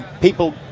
people